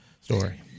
story